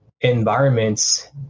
environments